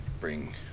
bring